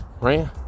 right